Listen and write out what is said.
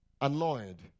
Annoyed